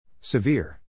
Severe